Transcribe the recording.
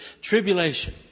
tribulation